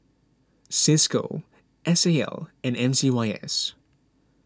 Cisco S A L and M C Y S